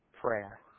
prayer